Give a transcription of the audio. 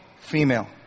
female